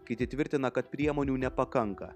kiti tvirtina kad priemonių nepakanka